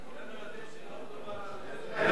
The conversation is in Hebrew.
כולנו יודעים שלא מדובר על כאלה,